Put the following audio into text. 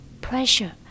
pressure